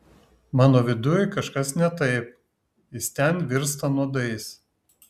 mano viduj kažkas ne taip jis ten virsta nuodais